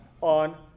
on